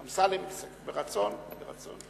אמסלם, ברצון, ברצון.